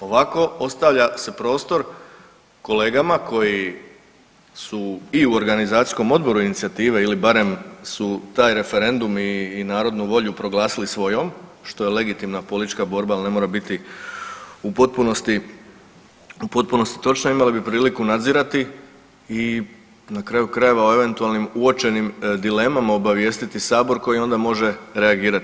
Ovako, ostavlja se prostor kolegama koji su i u organizacijskom odboru inicijative ili barem su taj referendum i narodnu volju proglasili svojom, što je legitimna politička borba, ali ne mora biti u potpunosti točna, imali bi priliku nadzirati i na kraju krajeva, o eventualnim uočenim dilemama obavijestiti Sabor koji onda može reagirati.